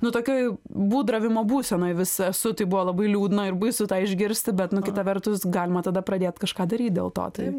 nu tokioj būdravimo būsenoj vis esu tai buvo labai liūdna ir baisu tą išgirsti bet nu kita vertus galima tada pradėt kažką daryt dėl to taip